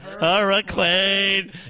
Hurricane